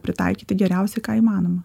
pritaikyti geriausią ką įmanoma